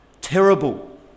terrible